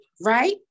right